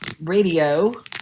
radio